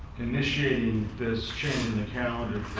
initiating this change in the calendar